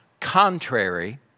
Contrary